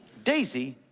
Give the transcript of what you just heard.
daisy,